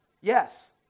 Yes